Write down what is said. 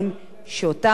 שאותם אנשים,